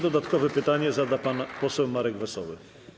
Dodatkowe pytanie zada pan poseł Marek Wesoły.